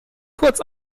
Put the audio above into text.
kurz